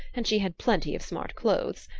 and she had plenty of smart clothes,